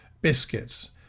biscuits